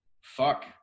fuck